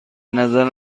نظر